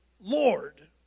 Lord